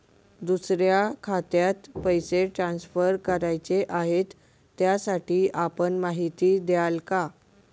दुसऱ्या खात्यात पैसे ट्रान्सफर करायचे आहेत, त्यासाठी आपण माहिती द्याल का?